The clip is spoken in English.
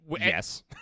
yes